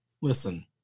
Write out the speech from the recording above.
listen